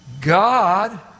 God